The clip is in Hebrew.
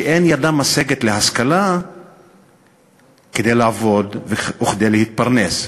שאין ידה משגת להשכלה כדי לעבוד וכדי להתפרנס.